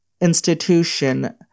institution